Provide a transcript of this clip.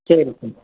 சரி சார்